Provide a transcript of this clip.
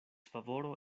favoro